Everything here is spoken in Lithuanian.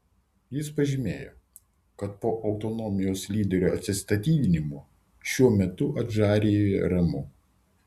jis pažymėjo kad po autonomijos lyderio atsistatydinimo šiuo metu adžarijoje ramu